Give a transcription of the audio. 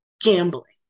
gambling